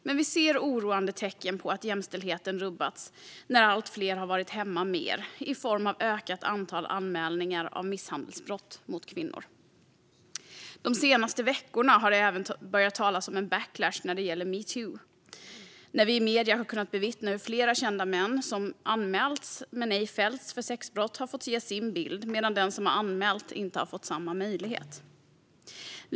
Men vi ser oroande tecken på att jämställdheten rubbats när allt fler har varit hemma mer i form av ett ökat antal anmälningar av misshandelsbrott mot kvinnor. De senaste veckorna har det även börjat talas om en backlash när det gäller metoo. Vi har i medier kunnat bevittna hur flera kända män som anmälts men ej fällts för sexbrott har fått ge sin bild medan den som har anmält inte har fått samma möjlighet.